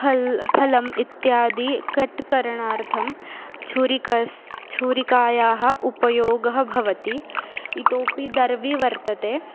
फलं फलम् इत्यादीनि कट् करणार्थं छुरिका छुरिकायाः उपयोगः भवति इतोऽपि दर्वी वर्तते